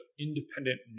independent